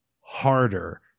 harder